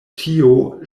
tio